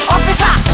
Officer